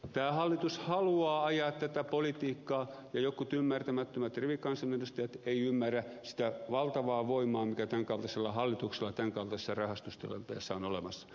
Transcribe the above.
tämä hallitus haluaa ajaa tätä politiikkaa ja jotkut ymmärtämättömät rivikansanedustajat eivät ymmärrä sitä valtavaa voimaa mikä tämän kaltaisella hallituksella tämän kaltaisissa rahastustilanteissa on olemassa